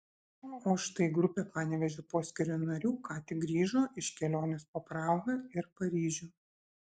o štai grupė panevėžio poskyrio narių ką tik grįžo iš kelionės po prahą ir paryžių